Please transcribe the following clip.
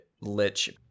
lich